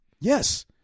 Yes